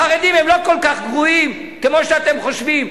החרדים הם לא כל כך גרועים כמו שאתם חושבים.